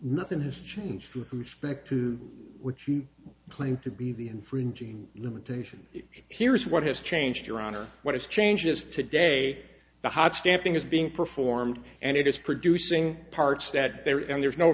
nothing has changed to who spec to which you claim to be the infringing limitation here is what has changed your honor what is change is today the hot stamping is being performed and it is producing parts that they are and there's no